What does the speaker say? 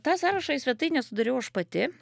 tą sąrašą į svetainę sudariau aš pati